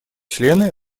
члены